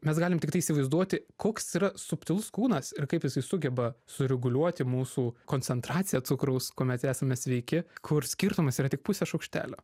mes galim tik įsivaizduoti koks yra subtilus kūnas ir kaip jisai sugeba sureguliuoti mūsų koncentraciją cukraus kuomet esame sveiki kur skirtumas yra tik pusė šaukštelio